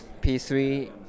P3